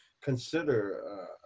consider